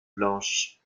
blanche